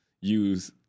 use